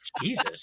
Jesus